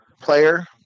player